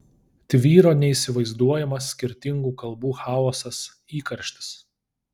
tvyro neįsivaizduojamas skirtingų kalbų chaosas įkarštis